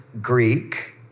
Greek